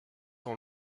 dans